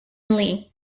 lee